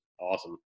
awesome